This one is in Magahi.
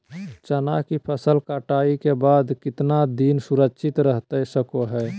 चना की फसल कटाई के बाद कितना दिन सुरक्षित रहतई सको हय?